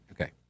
Okay